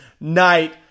night